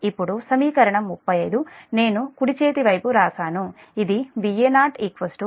ఇప్పుడు సమీకరణం 35 నేను కుడి చేతి వైపు వ్రాసాను అది Va0 Va1 3 Zf Ia0